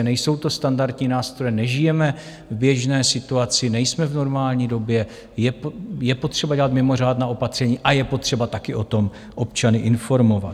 Nejsou to standardní nástroje, nežijeme v běžné situaci, nejsme v normální době, je potřeba dělat mimořádná opatření a je potřeba také o tom občany informovat.